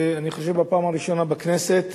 אני חושב שבפעם הראשונה בכנסת.